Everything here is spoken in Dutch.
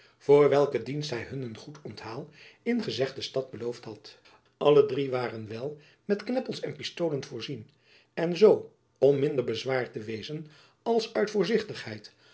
voor welke dienst hy hun een goed onthaal in gezegde stad beloofd had alle drie waren wel met kneppels en pistolen voorzien en zoo om minder bezwaard te wezen als uit voorzichtigheid